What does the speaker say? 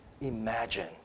imagine